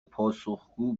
پاسخگو